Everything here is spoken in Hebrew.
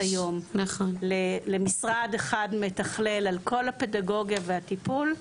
היום למשרד אחד מתכלל על כל הפדגוגיה והטיפול,